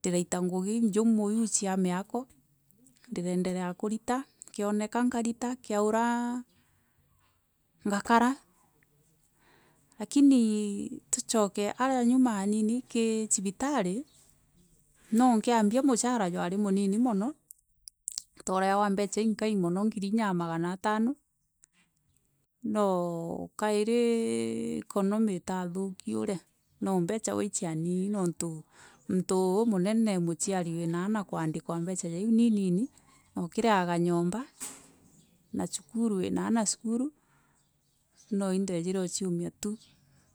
Ndiraita ngugi injuma iu cia miako ndiraendelea kurita kionika nkarita kiura ngakara lakini tucooke aria nyuma anini kii cibitari no kiambia mushahara jwari munini mono twareaga mbeca inkai mono ngiri inya na magano jatano no kairi economy itathuuki uria no mbera gwe icianii niuntu muntu umunene muciari wina aana kuandikwa mbeca ja iu ni inini na ukireaga nyomba nyomba na wina aana cukuru no indejire uciumia tu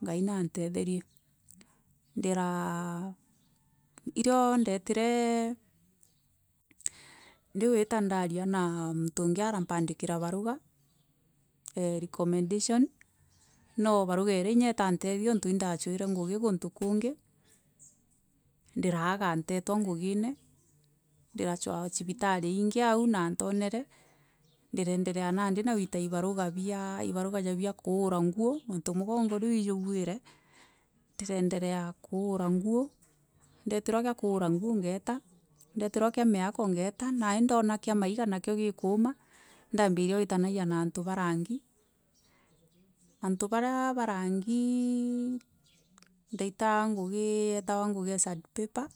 ngai nantetherie ndira iro ndeetire ndiguita ndaaria na muntu ungi arampandikira baruga e recommendation no baruga iria itantethia niuntu indacuire ngugi kuntu kungi ndiraaga nteetwa ngugine ndiracua cibitari ingi au na ntaonere ndiraendelea nandi na ibaruga ja ibaruga bia kuura nguo niuntu mugongo riu ndaumire ijobuire ndiraendelea kuura nguo nderitwa gia kuura nguo ngeeta ndeterwa kia miako ngeeta nandi ndaona kia maiga nakio kikuuma ndambiria gwitanagia na antu ba rangi antu baria na rangii ndaitaga ngugi yetagwa ngugi yetagwa e sad- paper.